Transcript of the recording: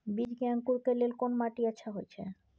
बीज के अंकुरण के लेल कोन माटी अच्छा होय छै?